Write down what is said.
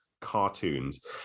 cartoons